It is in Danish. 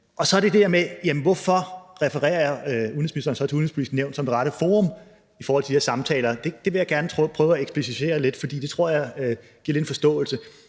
Og så er der det spørgsmål: Hvorfor refererer udenrigsministeren til Det Udenrigspolitiske Nævn som det rette forum i forhold til de her samtaler? Og det vil jeg gerne prøve at eksplicitere lidt, for det tror jeg vil give en forståelse.